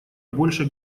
больше